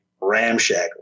ramshackle